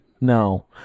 No